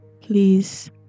Please